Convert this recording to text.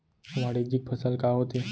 वाणिज्यिक फसल का होथे?